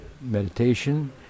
meditation